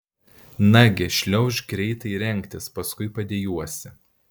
nagi šliaužk greitai rengtis paskui padejuosi